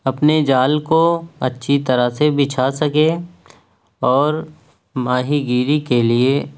اپنے جال کو اچھی طرح سے بچھا سکے اور ماہی گیری کے لیے